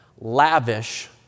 lavish